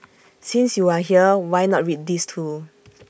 since you are here why not read these too